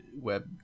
web